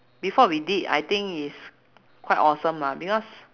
before we did I think is quite awesome lah because